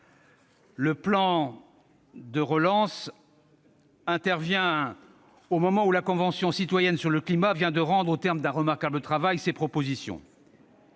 Le plan de relance intervient au moment où la Convention citoyenne sur le climat vient de remettre, au terme d'un remarquable travail, ses propositions.